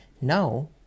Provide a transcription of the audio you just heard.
Now